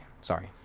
sorry